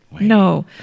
No